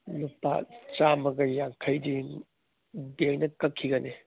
ꯂꯨꯄꯥ ꯆꯥꯝꯃꯒ ꯌꯥꯡꯈꯩꯗꯤ ꯕꯦꯡꯅ ꯀꯛꯈꯤꯒꯅꯤ